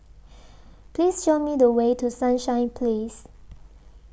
Please Show Me The Way to Sunshine Place